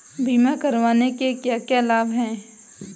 बीमा करवाने के क्या क्या लाभ हैं?